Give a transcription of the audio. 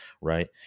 right